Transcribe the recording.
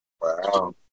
Wow